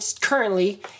currently